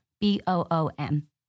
B-O-O-M